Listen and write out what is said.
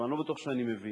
אבל אני לא בטוח שאני מבין,